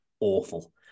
awful